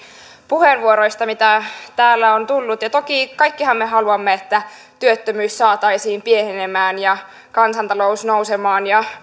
puheenvuoroista mitä täällä on tullut toki kaikkihan me haluamme että työttömyys saataisiin pienenemään ja kansantalous nousemaan ja